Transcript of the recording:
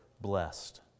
blessed